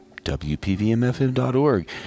WPVMFM.org